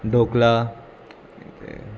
dhokla